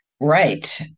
Right